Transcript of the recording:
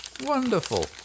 Wonderful